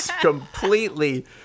completely